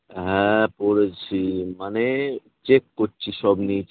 হ্যাঁ পড়েছি মানে চেক করছি সব নিয়েছি